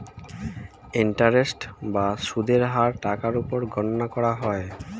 interest বা সুদের হার টাকার উপর গণনা করা হয়